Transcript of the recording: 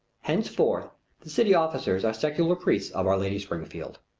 henceforth the city officers are secular priests of our lady springfield.